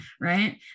right